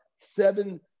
seven